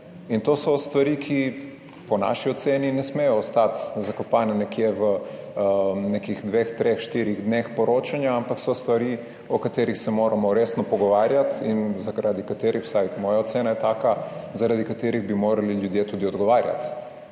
In to so stvari, ki po naši oceni ne smejo ostati zakopane nekje v nekih dveh, treh, štirih dneh poročanja, ampak so stvari o katerih se moramo resno pogovarjati in zaradi katerih, vsaj moja ocena je taka, zaradi katerih bi morali ljudje tudi odgovarjati,